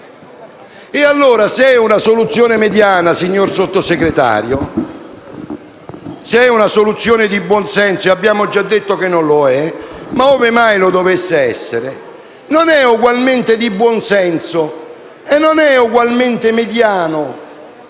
pericolo? Se è una soluzione mediana, signor Sottosegretario, se è una soluzione di buon senso ‑ e abbiamo già detto che non lo è, ma ove mai lo dovesse essere - non sarebbe allora ugualmente mediano